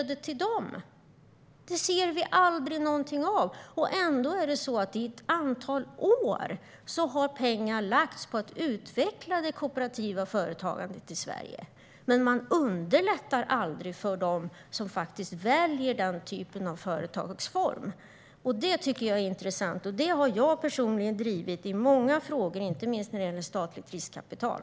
Det ser vi aldrig något av. I ett antal år har pengar lagts på att utveckla det kooperativa företagandet i Sverige. Men man underlättar aldrig för dem som väljer denna företagsform. Det är intressant, och jag har personligen drivit detta i många frågor, inte minst när det gäller statligt riskkapital.